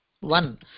One